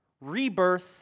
rebirth